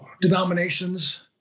denominations